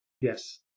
Yes